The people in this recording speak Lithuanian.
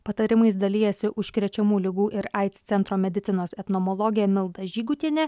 patarimais dalijasi užkrečiamų ligų ir aids centro medicinos etnomologė milda žygutienė